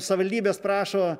savivaldybės prašo